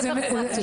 זה בית ספר פרטי.